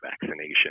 vaccination